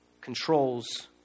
Controls